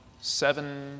Seven